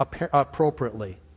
appropriately